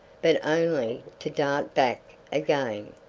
but only to dart back again,